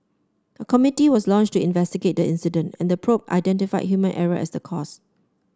a committee was launched to investigate the incident and the probe identified human error as the cause